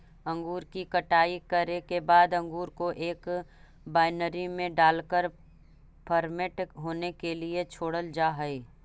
अंगूर की कटाई करे के बाद अंगूर को एक वायनरी में डालकर फर्मेंट होने के लिए छोड़ल जा हई